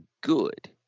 good